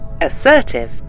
Assertive